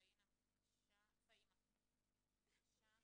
פהימה, בבקשה.